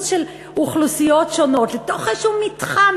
של אוכלוסיות שונות לתוך איזשהו מתחם,